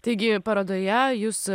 taigi parodoje jūs